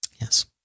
Yes